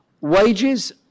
Wages